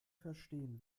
verstehen